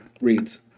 reads